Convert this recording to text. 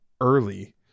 early